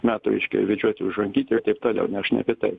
metų reiškia vedžioti už rankytę ir taip toliau ne aš ne apie tai